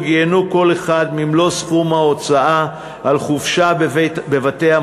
ייהנו כל אחד ממלוא סכום ההוצאה על חופשה בבתי-המלון,